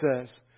says